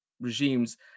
regimes